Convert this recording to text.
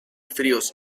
fríos